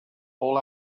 all